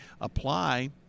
apply